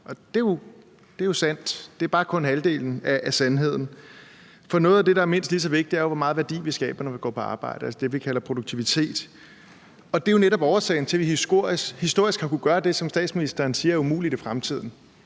og det er jo sandt, men det er kun halvdelen af sandheden. For noget af det, der er mindst lige så vigtigt, er jo, hvor meget værdi vi skaber, når vi går på arbejde, altså det, vi kalder produktivitet, og det er jo netop årsagen til, at vi historisk har kunnet gøre det, som statsministeren siger er umuligt i fremtiden,